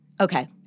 Okay